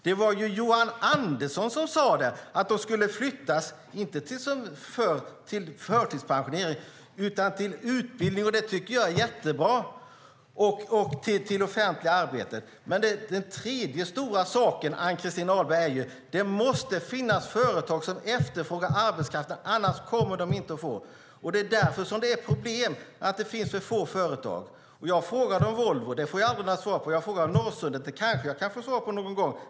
Det var Johan Andersson som sade att de skulle flyttas, och inte till förtidspensionering utan till utbildning och till offentliga arbeten. Det tycker jag är jättebra. Den sista stora saken, Ann-Christin Ahlberg, är att det ju måste finnas företag som efterfrågar arbetskraft. Det är därför det är problem - för att det finns för få företag. Jag frågade om Volvo, och det fick jag aldrig några svar på. Jag frågade om Norrsundet, och det kanske jag kan få svar på någon gång.